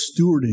stewarding